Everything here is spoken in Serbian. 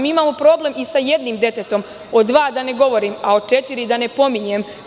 Mi imamo problem i sa jednim detetom, o dva i da ne govorim, a četiri da ne pominjem.